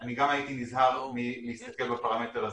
אני גם הייתי נזהר מלהסתכל על הפרמטר הזה.